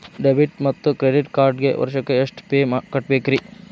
Debit ಮತ್ತು credit ಕಾರ್ಡ್ಗೆ ವರ್ಷಕ್ಕ ಎಷ್ಟ ಫೇ ಕಟ್ಟಬೇಕ್ರಿ?